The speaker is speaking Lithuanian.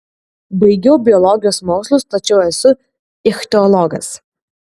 baigiau biologijos mokslus tačiau esu ichtiologas